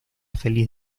feliz